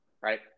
right